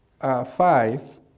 five